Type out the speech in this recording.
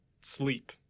sleep